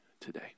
today